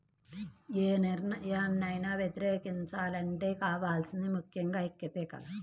యే నిర్ణయాన్నైనా వ్యతిరేకించాలంటే కావాల్సింది ముక్కెంగా ఐక్యతే కదా